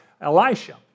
Elisha